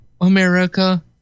America